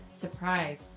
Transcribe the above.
surprise